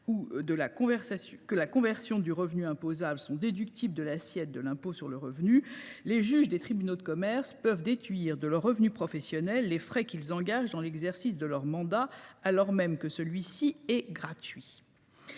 ou la conservation du revenu imposable sont déductibles de l’assiette de l’impôt sur le revenu, les juges des tribunaux de commerce peuvent déduire de leurs revenus professionnels les frais qu’ils engagent dans l’exercice de leur mandat, alors même que celui ci est gratuit